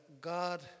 God